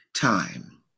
time